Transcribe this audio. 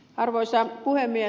arvoisa puhemies